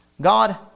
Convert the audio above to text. God